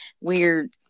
weird